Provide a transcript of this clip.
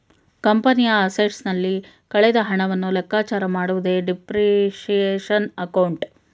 ಕಂಪನಿಯ ಅಸೆಟ್ಸ್ ನಲ್ಲಿ ಕಳೆದ ಹಣವನ್ನು ಲೆಕ್ಕಚಾರ ಮಾಡುವುದೇ ಡಿಪ್ರಿಸಿಯೇಶನ್ ಅಕೌಂಟ್